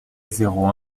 zéro